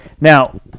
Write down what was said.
Now